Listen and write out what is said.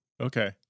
Okay